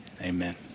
Amen